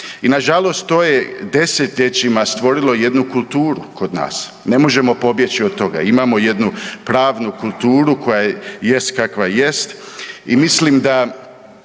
I nažalost to je desetljećima stvorilo jednu kulturu kod nas, ne možemo pobjeći od toga. Imamo jednu pravnu kulturu koja jest kakva jest